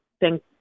thank